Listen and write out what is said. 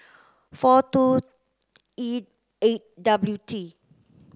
four two E eight W T